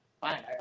Fine